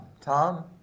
Tom